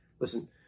Listen